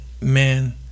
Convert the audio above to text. man